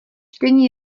čtení